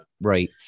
Right